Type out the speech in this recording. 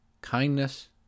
kindness